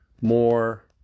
more